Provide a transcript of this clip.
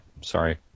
sorry